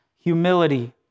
humility